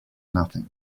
nothing